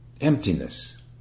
emptiness